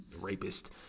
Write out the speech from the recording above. Rapist